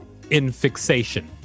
infixation